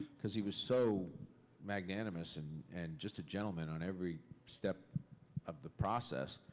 cause he was so magnanimous and and just a gentleman on every step of the process.